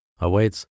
awaits